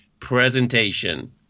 presentation